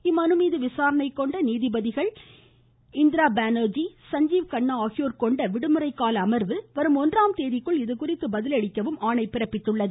இம்மனு மீது விசாரணை மேற்கொண்ட நீதிபதிகள் இந்திரா பானர்ஜி சஞ்ஜீவ் கண்ணா ஆகியோர் கொண்ட விடுமுறை கால அமர்வு வரும் ஒன்றாம் தேதிக்குள் இதுகுறித்து பதில் அளிக்கவும் ஆணை பிறப்பித்துள்ளது